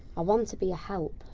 i want to be a help.